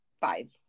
five